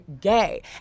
gay